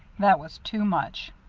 that was too much.